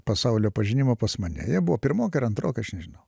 pasaulio pažinimo pas mane jie buvo pirmokai ar antrokai aš nežinau